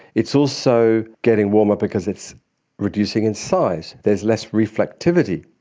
it's also getting warmer because it's reducing in size. there is less reflectivity.